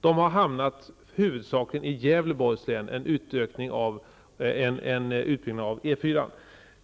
Dessa pengar har hamnat huvudsakligen i